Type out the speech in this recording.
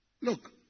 Look